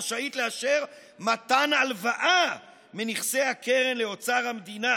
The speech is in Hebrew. רשאית לאשר מתן הלוואה מנכסי הקרן לאוצר המדינה"